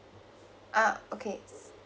uh okay